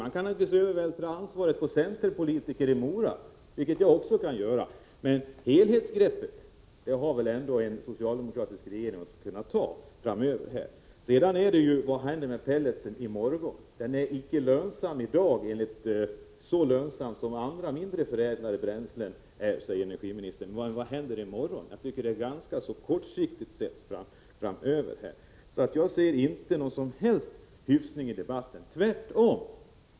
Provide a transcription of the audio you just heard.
Naturligtvis kan ansvaret vältras över på centerpolitiker i Mora, men helhetsgreppet framöver måste väl ändå den socialdemokratiska regeringen kunna ta. Vad händer med pelletstillverkningen i morgon? Användningen av pellets är i dag inte så lönsam som användningen av mindre förädlade bränslen, säger energiministern. Men frågan är vad som händer framöver. Jag tycker att energiministern har ett kortsiktigt perspektiv. Jag anser att energiministern inte alls hyfsade debatten, tvärtom.